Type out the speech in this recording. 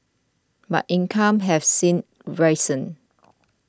but incomes have since risen